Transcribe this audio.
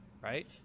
right